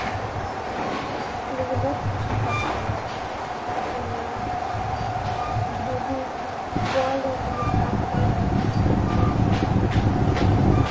ᱟᱹᱰᱤ ᱢᱮᱦᱚᱱᱚᱛ ᱠᱟᱛᱮ ᱩᱱᱤ ᱵᱷᱟᱹᱜᱤ ᱵᱚᱞᱮ ᱮᱱᱮᱡ ᱠᱟᱱ ᱛᱟᱦᱮᱱᱟ ᱚᱱᱟᱛᱮ